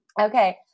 Okay